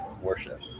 worship